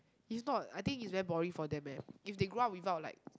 is not I think is very boring for them eh if they grow up without like